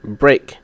break